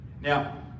Now